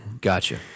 Gotcha